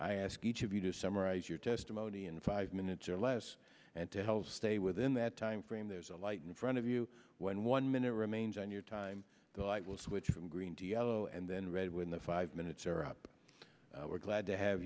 i ask each of you to summarize your testimony in five minutes less and to help stay within that time frame there's a light in front of you when one minute remains on your time the light will switch from green to yellow and then red when the five minutes are up we're glad to have